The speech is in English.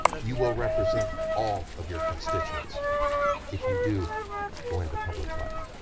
you will represent all of your constituents if you do go into public life.